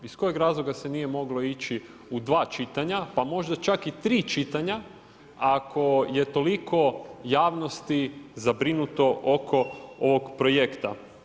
Iz kojeg razloga se nije moglo ići u sva čitanja pa možda čak i tri čitanja ako je toliko javnosti zabrinuto oko ovog projekta?